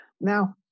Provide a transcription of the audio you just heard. Now